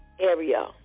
area